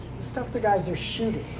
stuff the guys are shooting,